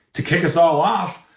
to kick us all off,